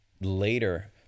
Later